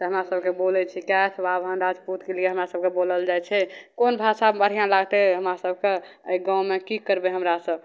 तऽ हमरा सभकेँ बोलै छै कैथ बाभन राजपूतके लिए हमरा सभकेँ बोलल जाइ छै कोन भाषा बढ़िआँ लागतै हमरा सभकेँ एहि गाममे कि करबै हमरासभ